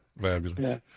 Fabulous